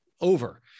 over